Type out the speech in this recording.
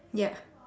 ya